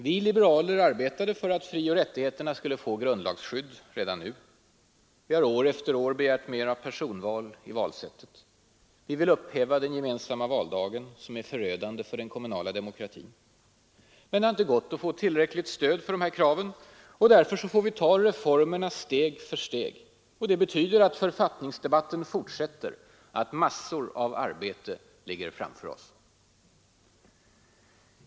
Vi liberaler arbetade för att frioch rättigheterna skulle få grundlagsskydd redan nu. Vi har år efter år begärt mer av personval i valsättet. Vi vill upphäva den gemensamma valdagen som är förödande för den kommunala demokratin. Men det har inte gått att få tillräckligt stöd för de här kraven, och därför får vi ta reformerna steg för steg. Det betyder att författningsdebatten fortsätter, att massor av arbete ligger framför oss.